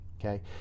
okay